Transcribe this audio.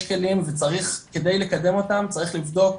יש כלים וצריך כדי לקדם אותם צריך לבדוק,